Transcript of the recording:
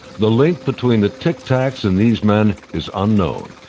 the link between the tic tacs and these men is unknown.